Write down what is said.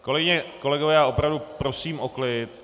Kolegyně, kolegové, opravdu prosím o klid.